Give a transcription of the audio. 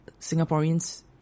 Singaporeans